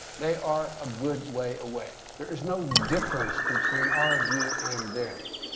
they are a good way away. there is no difference between our view and theirs.